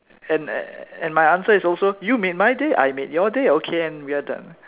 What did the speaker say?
and and my answer is also you made my day I made your day okay and we are done